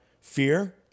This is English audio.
fear